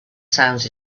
sounds